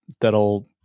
that'll